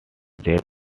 death